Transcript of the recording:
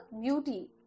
beauty